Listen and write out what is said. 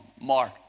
Mark